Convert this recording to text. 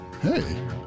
Hey